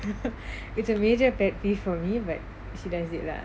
it's a major pet peeve for me but she does it lah